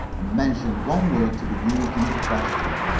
mentioned one word to be used in the question.